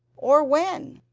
or when.